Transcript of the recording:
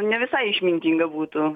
ne visai išmintinga būtų